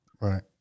Right